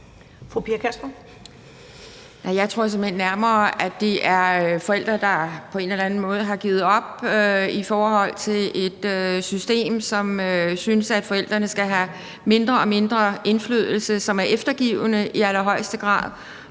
hen nærmere, at det er forældre, der på en eller anden måde har givet op over for et system, som synes, at forældrene skal have mindre og mindre indflydelse, og som er eftergivende i allerhøjeste grad.